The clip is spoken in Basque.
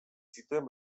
zituen